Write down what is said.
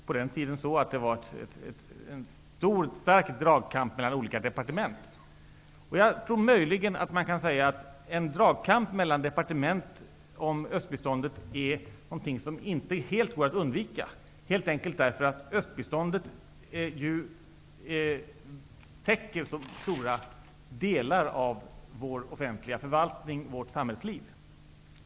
På den tiden skedde en stor dragkamp mellan olika departement. Jag tror att man möjligen kan säga att en dragkamp mellan departement om östbiståndet är något som inte helt går att undvika. Det beror helt enkelt på att östbiståndet täcker så stora delar av vår offentliga förvaltning och vårt samhällsliv.